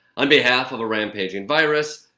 on behalf of a rampaging virus,